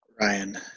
Ryan